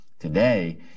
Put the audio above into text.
Today